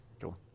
Cool